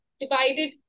divided